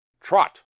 Trot